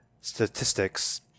statistics